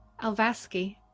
Alvaski